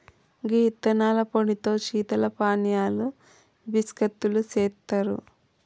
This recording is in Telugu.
గీ యిత్తనాల పొడితో శీతల పానీయాలు బిస్కత్తులు సెత్తారు